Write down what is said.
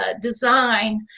design